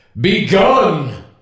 begun